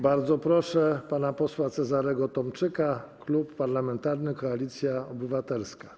Bardzo proszę pana posła Cezarego Tomczyka, Klub Parlamentarny Koalicja Obywatelska.